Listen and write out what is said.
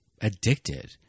addicted